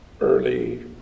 early